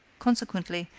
consequently,